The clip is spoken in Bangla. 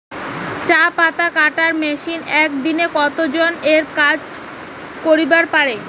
চা পাতা কাটার মেশিন এক দিনে কতজন এর কাজ করিবার পারে?